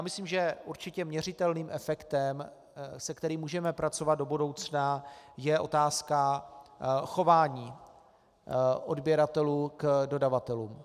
Myslím, že určitě měřitelným efektem, se kterým můžeme pracovat do budoucna, je otázka chování odběratelů k dodavatelům.